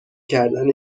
کردن